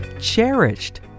cherished